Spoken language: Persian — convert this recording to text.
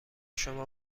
شما